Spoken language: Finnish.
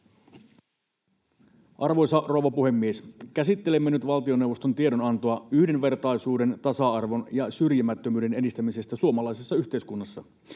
Arvoisa rouva puhemies! Käsittelemme nyt valtioneuvoston tiedonantoa yhdenvertaisuuden, tasa-arvon ja syrjimättömyyden edistämisestä suomalaisessa yhteiskunnassa.